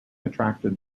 attracted